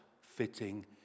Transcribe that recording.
fitting